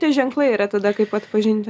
tie ženklai yra tada kaip atpažinti